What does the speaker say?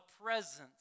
presence